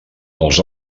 els